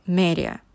media